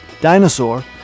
Dinosaur